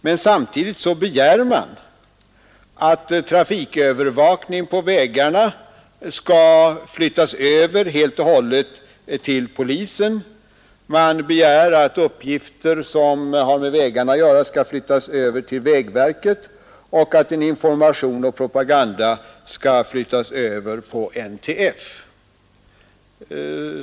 Men samtidigt begär de att trafikövervakningen på vägarna skall flyttas över helt och hållet till polisen. De begär vidare att uppgifter som har med vägarna att göra skall flyttas över till vägverket och att information och propaganda skall flyttas över på NTF.